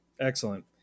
Excellent